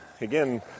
again